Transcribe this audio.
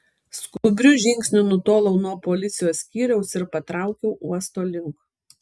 skubriu žingsniu nutolau nuo policijos skyriaus ir patraukiau uosto link